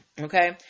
okay